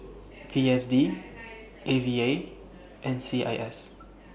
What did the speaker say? P S D A V A and C I S